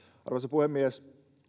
puhemies